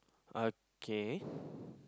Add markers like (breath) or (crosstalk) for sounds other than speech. okay (breath)